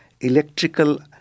electrical